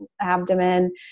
abdomen